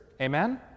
Amen